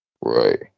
Right